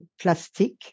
plastic